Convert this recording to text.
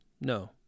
No